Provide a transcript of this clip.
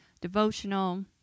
devotional